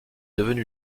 devenu